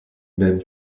même